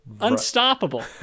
Unstoppable